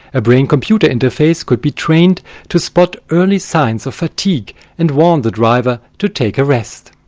a brain computer interface could be trained to spot early signs of fatigue and warn the driver to take a rest.